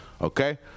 Okay